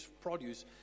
produce